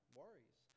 worries